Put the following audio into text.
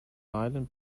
island